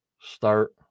start